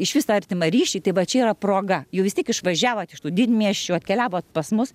išvis tą artimą ryšį tai va čia yra proga jau vis tiek išvažiavot iš tų didmiesčių atkeliavot pas mus